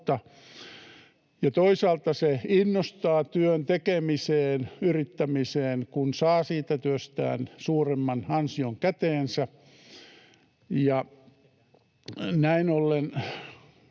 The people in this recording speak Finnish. Toisaalta se innostaa työn tekemiseen, yrittämiseen, kun saa siitä työstään suuremman ansion käteensä. Näin ollen